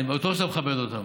אני בטוח שאתה מכבד אותה.